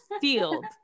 field